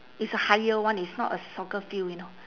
it's a higher one it's not a soccer field you know